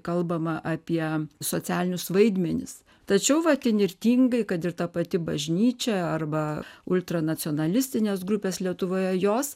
kalbama apie socialinius vaidmenis tačiau vat įnirtingai kad ir ta pati bažnyčia arba ultranacionalistinės grupės lietuvoje jos